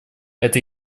это